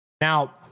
Now